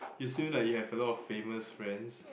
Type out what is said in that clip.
you seem like you have a lot of famous friends